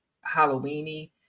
Halloween-y